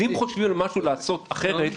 אז אם חושבים על משהו לעשות אחרת,